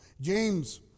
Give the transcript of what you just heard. James